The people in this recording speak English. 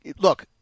look